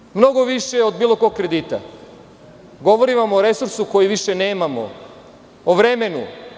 To košta, mnogo više nego od bilo kog kredita, govorim vam o resursu koji više nemamo, o vremenu.